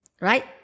right